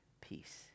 peace